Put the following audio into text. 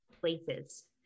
places